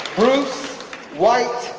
bruce white,